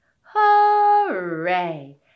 Hooray